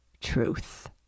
truth